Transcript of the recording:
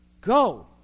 go